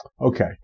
okay